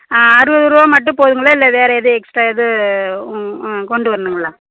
ஆ அறுபது ரூபா மட்டும் போதும்ங்களா இல்லை வேறு எதுவும் எக்ஸ்ட்ரா எதுவும் ம் கொண்டு வரணும்ங்களா